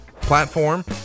platform